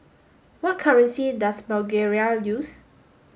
what currency does Bulgaria use